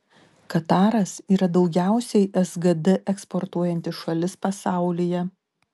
kataras yra daugiausiai sgd eksportuojanti šalis pasaulyje